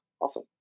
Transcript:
Awesome